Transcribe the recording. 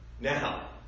Now